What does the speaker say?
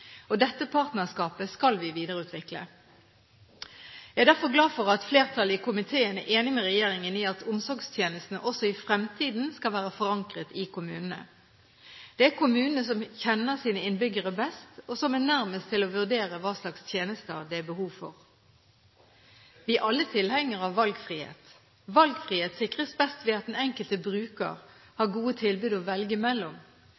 sektor. Dette partnerskapet skal vi videreutvikle. Jeg er derfor glad for at flertallet i komiteen er enig med regjeringen i at omsorgstjenestene også i fremtiden skal være forankret i kommunene. Det er kommunene som kjenner sine innbyggere best, og som er nærmest til å vurdere hva slags tjenester det er behov for. Vi er alle tilhengere av valgfrihet. Valgfrihet sikres best ved at den enkelte bruker har gode tilbud å velge imellom.